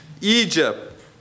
Egypt